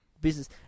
business